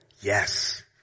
Yes